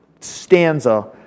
stanza